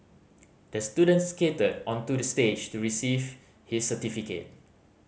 the student skated onto the stage to receive his certificate